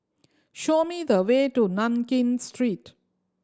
show me the way to Nankin Street